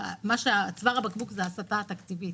צוואר הבקבוק זה ההסטה התקציבית.